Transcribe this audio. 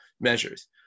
measures